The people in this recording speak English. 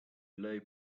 lay